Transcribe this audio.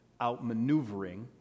outmaneuvering